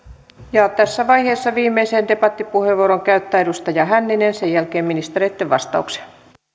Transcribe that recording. ja tässä vaiheessa viimeisen debattipuheenvuoron käyttää edustaja hänninen sen jälkeen ministereitten vastauksia